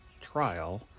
trial